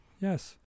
Yes